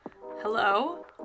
hello